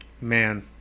Man